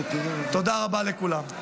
תודה רבה לכולם.